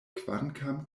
kvankam